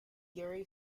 gary